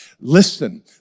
Listen